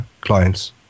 clients